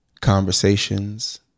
conversations